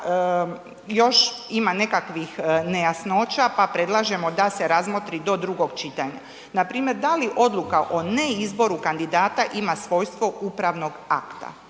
još ima nekakvih nejasnoća pa predlažemo da se razmotri do drugog čitanja. Npr. da li odluka o neizboru kandidata ima svojstvo upravno akta.